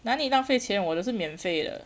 哪里浪费钱我的是免费的